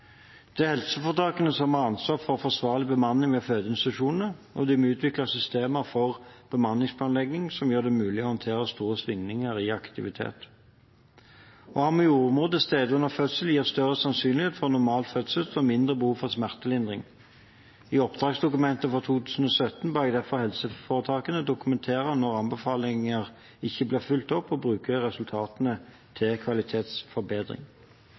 Det er helseforetakene som har ansvar for forsvarlig bemanning ved fødeinstitusjoner, og de må utvikle systemer for bemanningsplanlegging som gjør det mulig å håndtere store svingninger i aktivitet. Å ha jordmor til stede under fødselen gir større sannsynlighet for normal fødsel og mindre behov for smertelindring. I oppdragsdokumentet for 2017 ba jeg derfor helseforetakene dokumentere når anbefalinger ikke blir fulgt opp, og bruke resultatene til kvalitetsforbedring.